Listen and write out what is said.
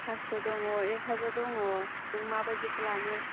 फासस' दङ एकहाजार दङ नों माबादिखौ लानो